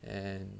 and